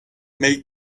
make